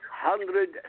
hundred